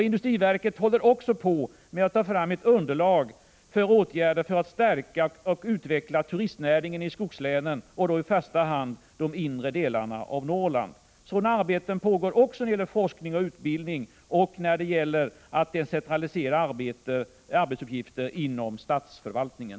Industriverket håller också på att ta fram ett underlag för åtgärder för att stärka och utveckla turistnäringen i skogslänen, och då i första hand de inre delarna av Norrland. Sådana arbeten pågår också när det gäller forskning och utbildning och när det gäller att decentralisera arbetsuppgifter inom statsförvaltningen.